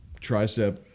tricep